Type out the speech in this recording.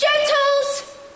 Gentles